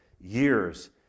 years